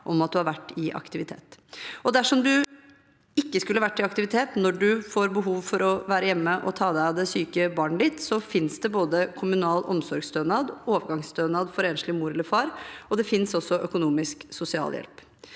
Dersom du ikke har vært i aktivitet når du får behov for å være hjemme og ta deg av det syke barnet ditt, finnes det både kommunal omsorgsstønad og overgangsstønad for enslig mor eller far, og det finnes også økonomisk sosialhjelp.